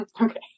Okay